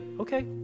okay